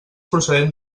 procedent